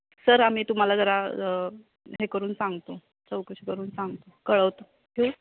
sir आम्ही तुम्हाला जरा हे करून सांगतो चौकशी करून सांगतो कळवतो ठेवू